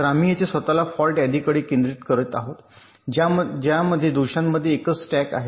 तर आम्ही येथे स्वतःला फॉल्ट यादीकडे केंद्रित करीत आहोत ज्यामध्ये दोषांमध्ये एकच स्टॅक आहे